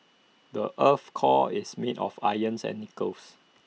the Earth's core is made of irons and nickels